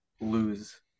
lose